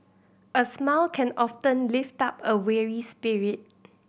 a smile can often lift up a weary spirit